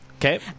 Okay